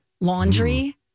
laundry